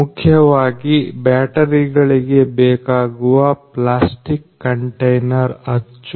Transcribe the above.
ಮುಖ್ಯವಾಗಿ ಬ್ಯಾಟರಿಗಳಿಗೆ ಬೇಕಾಗುವ ಪ್ಲಾಸ್ಟಿಕ್ ಕಂಟೇನರ್ ಅಚ್ಚು